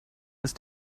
ist